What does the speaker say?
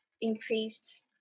increased